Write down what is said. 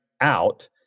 out